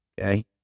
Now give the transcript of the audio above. Okay